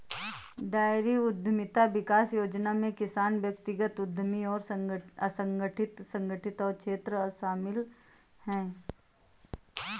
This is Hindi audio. डेयरी उद्यमिता विकास योजना में किसान व्यक्तिगत उद्यमी और असंगठित संगठित क्षेत्र शामिल है